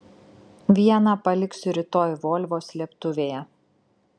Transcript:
vieną paliksiu rytoj volvo slėptuvėje